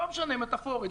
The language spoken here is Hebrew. מטפורית.